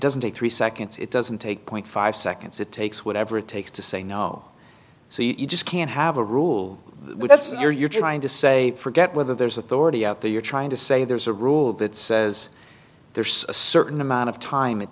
doesn't take three seconds it doesn't take point five seconds it takes whatever it takes to say no so you just can't have a rule that's you're trying to say forget whether there's authority out there you're trying to say there's a rule that says there's a certain amount of time it